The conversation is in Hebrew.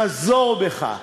חזור בך,